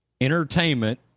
entertainment